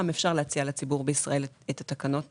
אפשר להציע לציבור בישראל את הקרנות